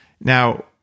Now